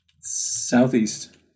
Southeast